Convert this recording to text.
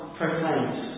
proclaims